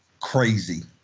crazy